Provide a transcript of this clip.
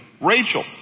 Rachel